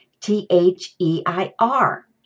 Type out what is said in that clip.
T-H-E-I-R